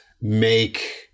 make